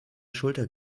schulter